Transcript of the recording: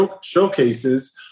showcases